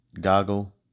goggle